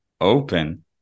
open